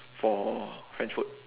for french food